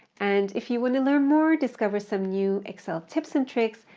and if you want to learn more, discover some new excel tips and tricks,